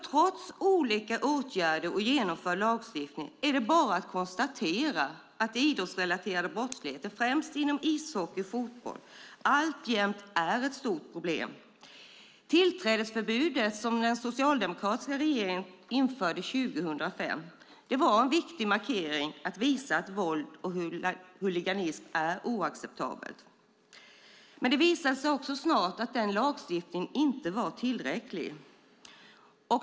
Trots olika åtgärder och genomförd lagstiftning är det bara att konstatera att idrottsrelaterad brottslighet främst inom ishockey och fotboll alltjämt är ett stort problem. Tillträdesförbudet som den socialdemokratiska regeringen införde 2005 var en viktig markering för att visa att våld och huliganism är oacceptabelt. Det visade sig snart att lagstiftningen inte var tillräcklig.